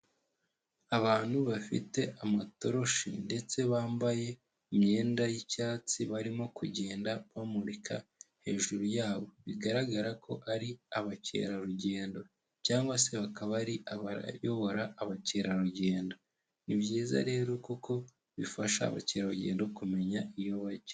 Abantu bafite amatoroshi ndetse bambaye imyenda y'icyatsi, barimo kugenda bamurika hejuru yabo, bigaragara ko ari abakerarugendo cyangwa se bakaba ari abayobora abakerarugendo, ni byiza rero kuko bifasha abakerarugendo kumenya iyo bajya.